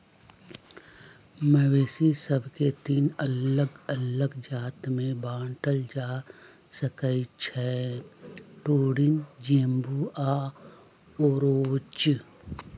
मवेशि सभके तीन अल्लग अल्लग जात में बांटल जा सकइ छै टोरिन, जेबू आऽ ओरोच